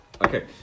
Okay